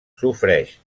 sofreix